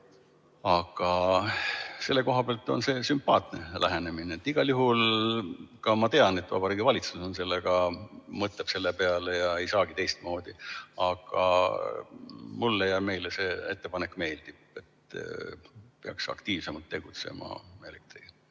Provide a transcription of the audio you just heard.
Aga selle koha pealt on see sümpaatne lähenemine. Igal juhul ma tean, et Vabariigi Valitsus mõtleb selle peale ja ei saagi teistmoodi. Aga mulle ja meile see ettepanek meeldib, peaks aktiivsemalt tegelema elektri